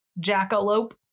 Jackalope